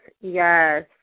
yes